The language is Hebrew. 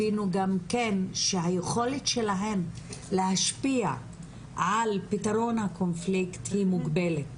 הבינו גם כן שהיכולת שלהן להשפיע על פתרון הקונפליקט היא מוגבלת,